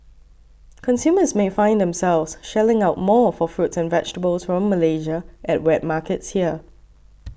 consumers may find themselves shelling out more for fruits and vegetables from Malaysia at wet markets here